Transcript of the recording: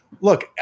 Look